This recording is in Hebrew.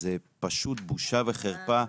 זה פשוט בושה וחרפה.